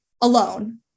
alone